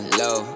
low